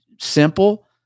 simple